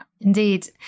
indeed